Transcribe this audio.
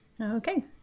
Okay